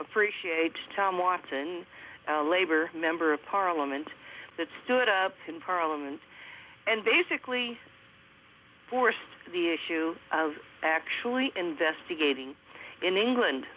appreciate tom watson a labor member of parliament that stood up in parliament and basically forced the issue i was actually investigating in england